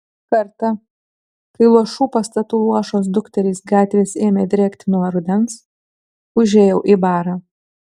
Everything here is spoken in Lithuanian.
kartą kai luošų pastatų luošos dukterys gatvės ėmė drėkti nuo rudens užėjau į barą